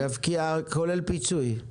להפקיע כולל פיצוי,